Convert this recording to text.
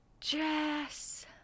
Jess